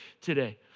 today